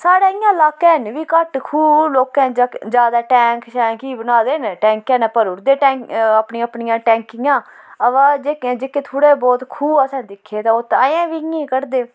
साढ़े इ'यां लाकै हैन बी घट्ट खुह् लोकें ज्यादा टैंक शैंक ही बनाए दे न टैंकै ने भरु उड़दे टैंक अपनियां अपनियां टैंकियां अवा जेह्के जेह्के थोह्ड़े बोह्त खूह् असें दिक्खे दा ओह् ते अजें बी इ'यां गै कड्ढदे